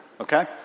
okay